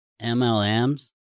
mlms